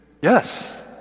Yes